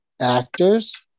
actors